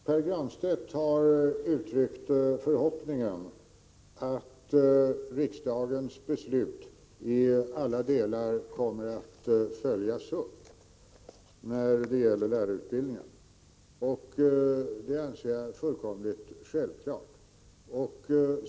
Herr talman! Pär Granstedt har uttryckt förhoppningen att riksdagens beslut i alla delar kommer att följas upp när det gäller lärarutbildningen. Det anser jag är fullkomligt självklart.